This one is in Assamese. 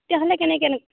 তেতিয়াহ'লে কেনেকে